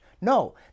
No